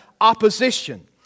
opposition